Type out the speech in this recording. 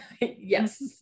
Yes